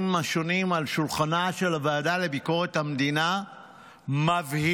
השונים על שולחנה של הוועדה לביקורת המדינה מבהילים,